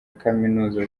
kaminuza